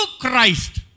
Christ